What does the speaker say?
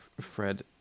Fred